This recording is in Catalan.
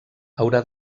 haurà